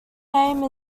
name